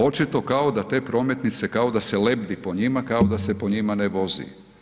Očito kao da te prometnice kao da se lebdi po njima, kao da se po njima ne vozi.